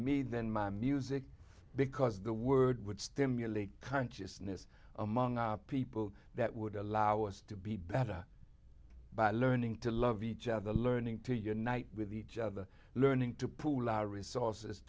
me than my music because the word would stimulate consciousness among our people that would allow us to be better by learning to love each other learning to unite with each other learning to pool our resources